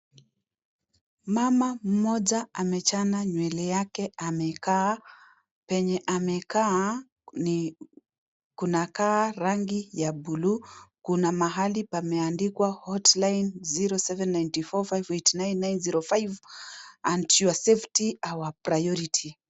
Mama mmoja amechana nywele yake amekaa, venye amekaa ni kunakaa rangi ya blue kuna pahali pame andikwa hotline 0794589905 and your safety our priority .